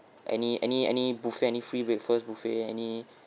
any any any buffet any free breakfast buffet any